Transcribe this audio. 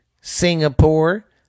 Singapore